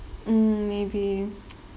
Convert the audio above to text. mm maybe